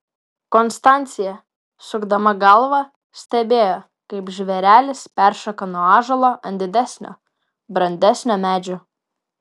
konstancija sukdama galvą stebėjo kaip žvėrelis peršoka nuo ąžuolo ant didesnio brandesnio medžio